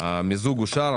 הצבעה בעד המיזוג רוב נגד,